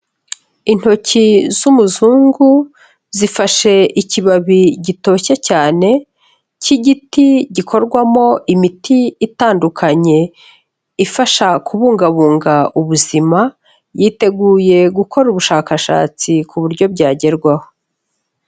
Intoki z'umuzungu zifashe ikibabi gitoshye cyane, cy'igiti gikorwamo imiti itandukanye ifasha kubungabunga ubuzima, yiteguye gukora ubushakashatsi ku buryo byagerwaho.